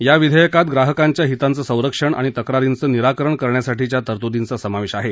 या विधेयकात ग्राहकांच्या हितांचं संरक्षण आणि तक्रारींचं निराकरण करण्यासाठीच्या तरतुदींचा समावेश केला आहे